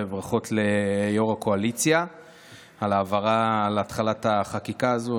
וברכות ליו"ר הקואליציה על התחלת החקיקה הזאת.